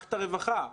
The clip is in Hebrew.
במערכת הרווחה,